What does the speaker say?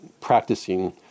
practicing